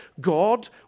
God